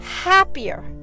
happier